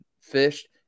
fished